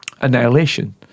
annihilation